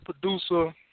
producer